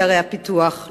לערי הפיתוח,